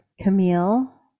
Camille